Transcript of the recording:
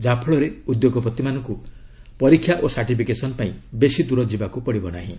ଯାହାଫଳରେ ଉଦ୍ୟୋଗପତିମାନଙ୍କୁ ପରୀକ୍ଷା ଓ ସାର୍ଟିଫିକେସନ୍ ପାଇଁ ବେଶି ଦୂର ଯିବାକୁ ପଡ଼ିବ ନାହିଁ